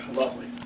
lovely